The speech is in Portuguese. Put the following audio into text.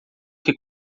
que